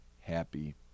happy